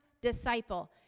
disciple